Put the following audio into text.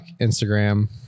Instagram